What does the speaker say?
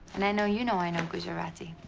and i know you know i know gujarati.